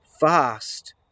fast